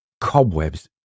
cobwebs